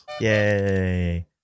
Yay